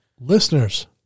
Listeners